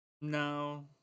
No